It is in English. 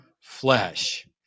flesh